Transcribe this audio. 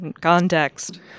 Context